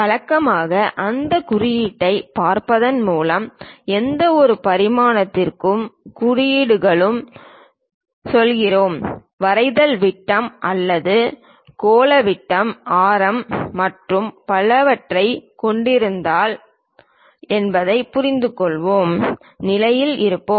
வழக்கமாக அந்த குறியீட்டைப் பார்ப்பதன் மூலம் எந்தவொரு பரிமாணத்திற்கும் குறியீடுகளுடன் செல்கிறோம் வரைதல் விட்டம் அல்லது கோள விட்டம் ஆரம் மற்றும் பலவற்றைக் கொண்டிருக்கிறதா என்பதைப் புரிந்துகொள்ளும் நிலையில் இருப்போம்